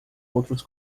outros